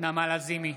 נעמה לזימי,